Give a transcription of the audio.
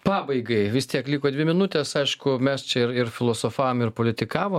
pabaigai vis tiek liko dvi minutės aišku mes čia ir ir filosofavom ir politikavo